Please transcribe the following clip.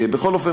בכל אופן,